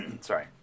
Sorry